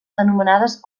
anomenades